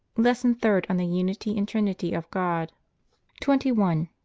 lesson third on the unity and trinity of god twenty one.